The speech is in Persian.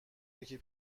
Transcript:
یکی